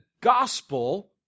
gospel